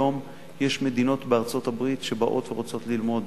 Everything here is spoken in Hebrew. היום יש מדינות בארצות-הברית שבאות ורוצות ללמוד